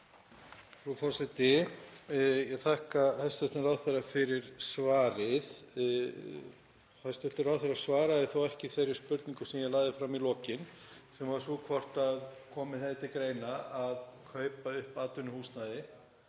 Frú forseti. Ég þakka hæstv. ráðherra fyrir svarið. Hæstv. ráðherra svaraði þó ekki þeirri spurningu sem ég lagði fram í lokin sem var sú hvort komið hefði til greina að kaupa upp atvinnuhúsnæði